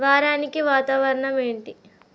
వారానికి వాతావరణం ఏంటి